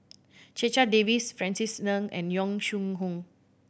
Checha Davies Francis Ng and Yong Shu Hoong